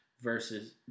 versus